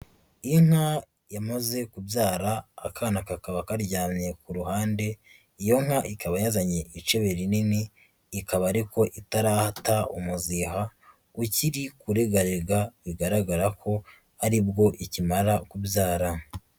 Inka yamaze kubyara, akana kakaba karyamye ku ruhande. Iyo nka ikaba yazanye ibicebe rinini, ikaba ariko itarahata umuziha, ukiri kuregarega, bigaragara ko ari bwo ikimara kubyara.